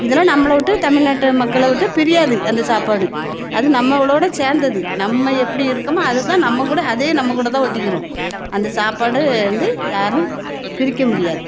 இதெல்லாம் நம்மளை விட்டு தமிழ்நாட்டு மக்களை விட்டு பிரியாது அந்த சாப்பாடு அது நம்மளோட சேர்ந்தது நம்ம எப்படி இருக்கோமோ அதை தான் நம்ம கூட அதே நம்ம கூட தான் ஒட்டிக்கிடும் அந்த சாப்பாடு வந்து யாரும் பிரிக்க முடியாது